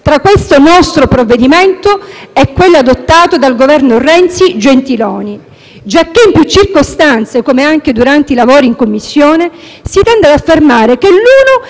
tra questo nostro provvedimento e quello adottato dai Governi Renzi-Gentiloni Silveri, giacché in più circostanze, come anche durante i lavori in Commissione, si tende ad affermare che l'uno